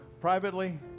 privately